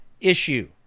issue